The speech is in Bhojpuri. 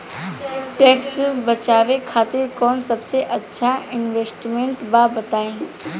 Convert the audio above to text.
टैक्स बचावे खातिर कऊन सबसे अच्छा इन्वेस्टमेंट बा बताई?